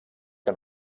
que